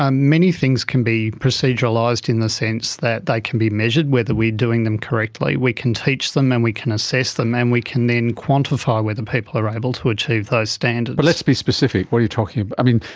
um many things can be proceduralised in the sense that they can be measured, whether we are doing them correctly. we can teach them and we can assess them, and we can then quantify whether people are able to achieve those standards. but let's be specific, what are you talking about? um